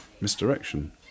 misdirection